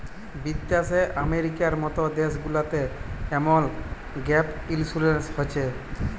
বিদ্যাশে আমেরিকার মত দ্যাশ গুলাতে এমল গ্যাপ ইলসুরেলস হছে